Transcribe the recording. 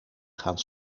gaan